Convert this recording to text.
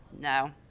no